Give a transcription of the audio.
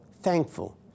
Thankful